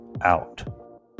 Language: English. out